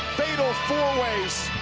fatal four ways,